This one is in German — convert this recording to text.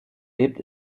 lebt